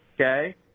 okay